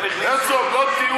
הם נמצאים,